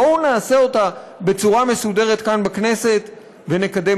בואו נעשה אותה בצורה מסודרת כאן בכנסת ונקדם